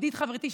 עידית חברתי,